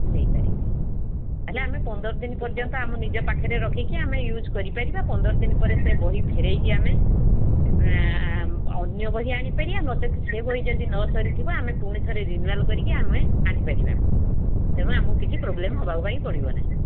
ନେଇପାରିବେ ତାହେଲେ ଆମେ ପନ୍ଦର ଦିନ ପର୍ଯ୍ୟନ୍ତ ଆମ ନିଜ ପାଖରେ ରଖିକି ଆମେ ୟୁଜ୍ କରିପାରିବା ପନ୍ଦର ଦିନ ପରେ ସେ ବହି ଫେରାଇକି ଆମେ ଅନ୍ୟ ବହି ଆଣିପାରିବା ନଚେତ୍ ସେ ବହି ଯଦି ନସରିଥିବ ଆମେ ପୁଣି ଥରେ ରିନ୍ୟୁଆଲ୍ କରିକି ଆମେ ଆଣିପାରିବା ତେଣୁ ଆମକୁ କିଛି ପ୍ରୋବ୍ଲେମ୍ ହେବା ପାଇଁ ପଡ଼ିବ ନାହିଁ